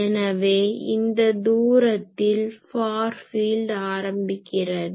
எனவே இந்த தூரத்தில் ஃபார் ஃபீல்ட் ஆரம்பக்கிறது